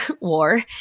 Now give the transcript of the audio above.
war